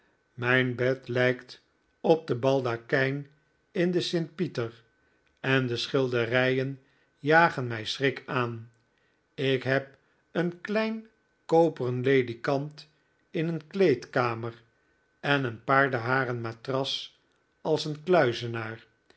mijn bed lijkt op den baldakijn in de st pieter en de schilderijen jagen mij schrik aan ik heb een klein koperen ledikant in een kleedkamer en een paardeharen matras als een kluizenaar